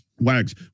Wags